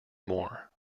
more